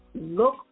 look